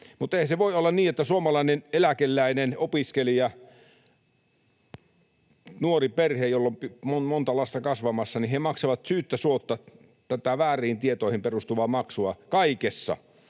Mutta ei se voi olla niin, että suomalainen eläkeläinen, opiskelija, nuori perhe, jolla on monta lasta kasvamassa, maksavat syyttä suotta vääriin tietoihin perustuva maksua kaikessa: